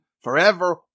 forever